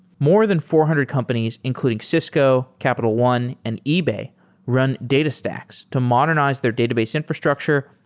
more than four hundred companies including cisco, capital one, and ebay run datastax to modernize their database infrastructure,